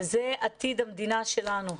וזה עתיד המדינה שלנו,